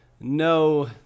no